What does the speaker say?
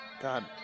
God